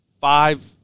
Five